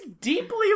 deeply